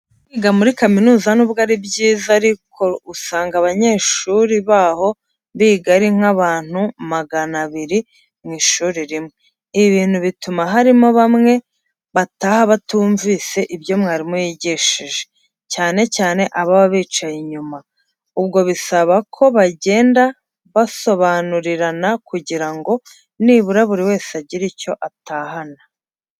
Kwiga muri kaminuza nubwo ari byiza riko usanga abanyeshuri baho biga ari nk'abantu magana abiri mu ishuri rimwe. Ibi bintu bituma harimo bamwe bataha batumvise ibyo mwarimu yigishije, cyane cyane ababa bicaye inyuma. Ubwo bisaba ko bagenda basobanurirana kugira ngo nibura buri wese agire icyo atahana.